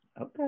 Okay